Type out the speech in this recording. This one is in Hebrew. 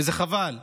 וזה חבל.